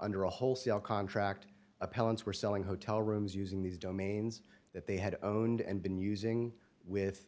under a wholesale contract appellants were selling hotel rooms using these domains that they had owned and been using with